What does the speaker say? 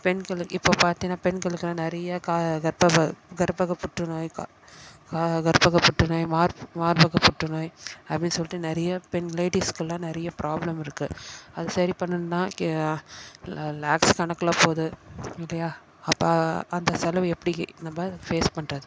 பெண்கள் இப்போ பார்த்தீங்கன்னா பெண்களுக்கெலாம் நிறைய க கற்பக கற்பக புற்றுநோய் க கற்பக புற்றுநோய் மார் மார்பக புற்றுநோய் அப்படின் சொல்லிட்டு நிறைய பெண் லேடிஸ்க்கலாம் நிறைய ப்ராப்ளம் இருக்குது அது சரி பண்ணணும்னா லே லேக்ஸ் கணக்கில் போகுது இல்லையா அப்போ அந்த செலவு எப்படி நம்ம ஃபேஸ் பண்ணுறது